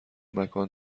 مکان